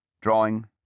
drawing